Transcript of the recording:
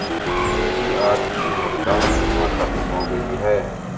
मेरी आज की भुगतान सीमा खत्म हो गई है